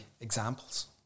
examples